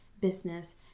business